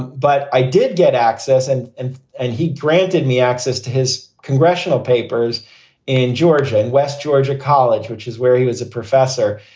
but i did get access. and and and he granted me access to his congressional papers in georgia, in west georgia college, which is where he was a professor.